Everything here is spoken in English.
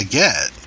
get